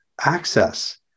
access